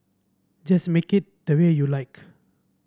just make it the way you like